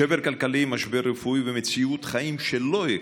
שבר כלכלי, משבר רפואי ומציאות חיים שלא הכרנו.